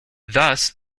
thus